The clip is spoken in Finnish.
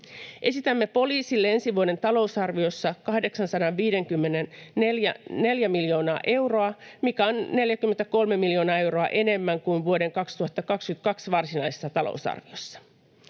Esitämme poliisille ensi vuoden talousarviossa 854 miljoonaa euroa, mikä on 43 miljoonaa euroa enemmän kuin vuoden 2022 varsinaisessa talousarviossa.